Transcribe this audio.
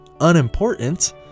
unimportant